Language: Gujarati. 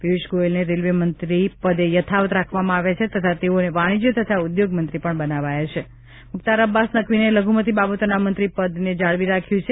પિયુષ ગોયેલને રેલવે મંત્રી પદે યથાવત રાખવામાં આવ્યા છે તથા તેઓને વાણિજય તથા ઉદ્યોગ મંત્રી પણ બનાવાયા છે મુખ્વાર અબ્બાસ નકવીએ લઘુમતી બાબતોના મંત્રી પદને જાળવી રાખ્યું છે